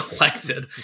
elected